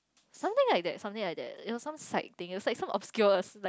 something like that something like that it was some psych thing it was like some obscure like